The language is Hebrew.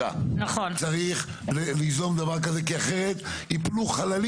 התפקיד שלכם,